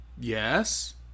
yes